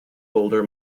holder